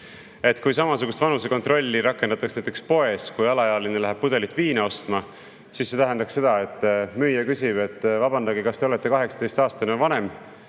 Kui samasugust vanusekontrolli rakendataks näiteks poes, kui alaealine läheb pudelit viina ostma, siis see tähendaks seda, et müüja küsib: "Vabandage, kas te olete 18-aastane või